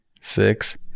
Six